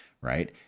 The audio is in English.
right